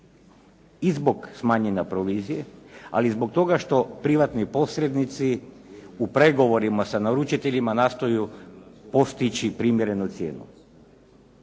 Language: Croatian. zbog smanjenja provizije. Ali i zbog toga što privatni posrednici u pregovorima sa naručiteljima nastoje postići primjerenu cijenu.